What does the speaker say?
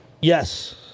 Yes